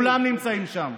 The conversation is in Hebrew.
כולם נמצאים שם.